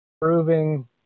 proving